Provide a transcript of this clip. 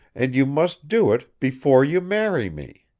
and you must do it before you marry me.